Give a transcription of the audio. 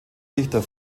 dichter